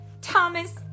Thomas